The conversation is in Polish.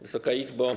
Wysoka Izbo!